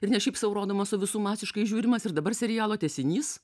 ir ne šiaip sau rodomas o visų masiškai žiūrimas ir dabar serialo tęsinys